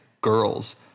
girls